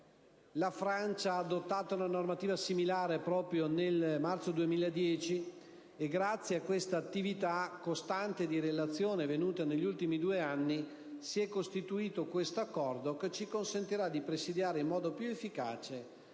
la Francia ha adottato una normativa similare proprio nel marzo 2010 e, grazie a questa attività costante di relazione intercorsa negli ultimi due anni, si è costituito questo accordo che ci consentirà di presidiare in modo più efficace